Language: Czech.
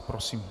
Prosím.